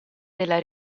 della